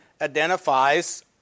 identifies